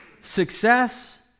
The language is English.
success